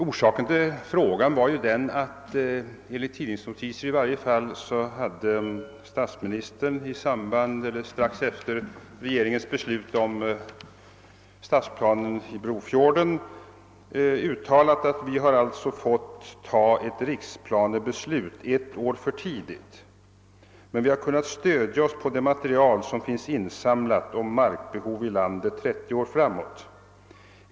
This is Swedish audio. Orsaken till min interpellation var den att statsministern, i varje fall enligt tidningsnotiser, strax efter regeringens beslut om stadsplanen beträffande Brofjorden hade uttalat, att regeringen fått ta ett riksplanebeslut ett år för tidigt men att den kunde stödja sig på det material som finns insamlat om markbehovet i landet 30 år framåt.